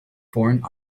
foreign